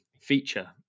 feature